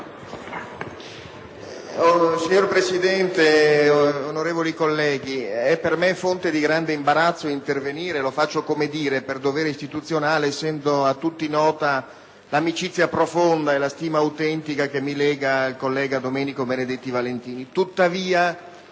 Signor Presidente, è per me fonte di grande imbarazzo intervenire - lo faccio per dovere istituzionale - essendo a tutti nota l'amicizia profonda e la stima autentica che mi lega al collega Benedetti Valentini.